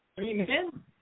Amen